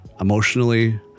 emotionally